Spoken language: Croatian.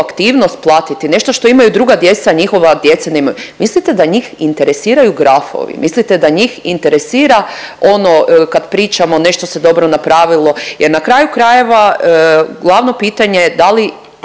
aktivnost platiti, nešto što imaju druga djeca, a njihova djeca nemaju. Mislite da njih interesiraju grafovi, mislite da njih interesira ono kad pričamo nešto se dobro napravilo, jer na kraju krajeva, glavno pitanje je da li